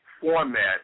format